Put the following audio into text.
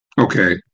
Okay